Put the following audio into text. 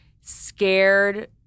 scared